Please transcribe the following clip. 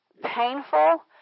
painful